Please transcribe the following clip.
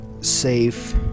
safe